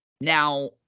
Now